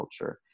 culture